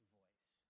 voice